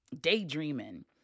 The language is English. daydreaming